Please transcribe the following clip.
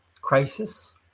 crisis